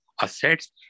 assets